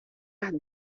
has